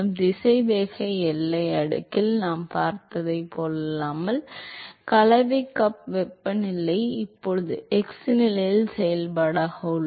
திசைவேக எல்லை அடுக்கில் நாம் பார்த்ததைப் போலல்லாமல் கலவை கப் வெப்பநிலை இப்போது x நிலையின் செயல்பாடாக உள்ளது